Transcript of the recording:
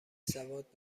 سواد